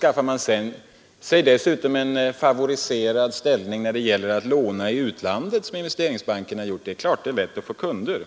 Skaffar man sig dessutom en favoriserad ställning när det gäller att låna i utlandet, som Investeringsbanken har gjort, är det klart att det är lätt att få kunder.